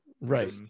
Right